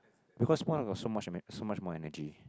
because small dogs got so much so much more energy